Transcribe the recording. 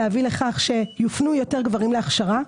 להביא לכך שיותר גברים יופנו להכשרה,